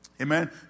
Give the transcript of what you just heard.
Amen